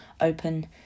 open